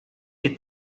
che